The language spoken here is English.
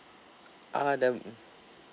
uh then uh